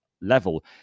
level